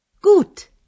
Gut